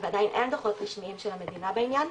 ועדיין אין דוחות רשמיים של המדינה בעניין,